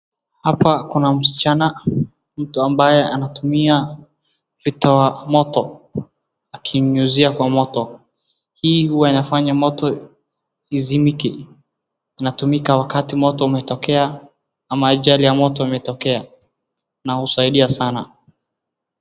Hapa kuna msichana mtu ambaye anatumia vitoa moto akinyunyizia huo moto. Hii hua inafanya moto izimike. Inatumika wakati moto umetokea ama ajali ya moto imetokea na husaidia sana.